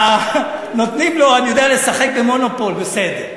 אני יודע, לשחק ב"מונופול" בסדר.